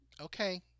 okay